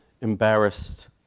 embarrassed